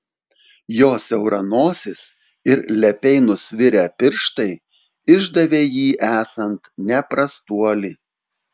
jo siaura nosis ir lepiai nusvirę pirštai išdavė jį esant ne prastuoli